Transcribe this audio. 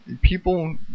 People